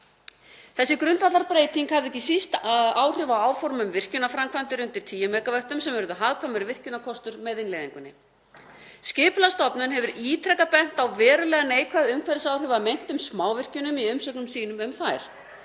Þessi grundvallarbreyting hafði ekki síst áhrif á áform um virkjunarframkvæmdir undir 10 MW sem urðu hagkvæmur virkjunarkostur með innleiðingunni. Skipulagsstofnun hefur ítrekað bent á verulega neikvæð umhverfisáhrif af meintum smávirkjunum í umsögnum sínum um þær.